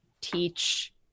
teach